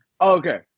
Okay